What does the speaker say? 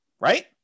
Right